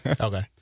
Okay